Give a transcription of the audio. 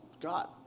God